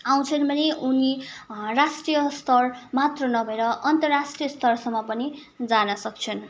आउँछन् भने उनी राष्ट्रीय स्तर मात्र नभएर अन्तर्राष्ट्रीय स्तरसम्म पनि जान सक्छन्